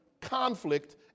conflict